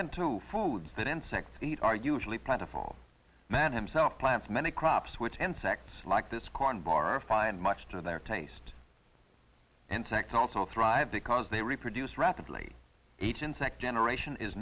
then to foods that insects eat are usually plentiful man himself plants many crops which insects like this corn bar find much to their taste insects also thrive because they reproduce rapidly each insect generation is